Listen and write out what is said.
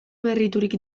berriturik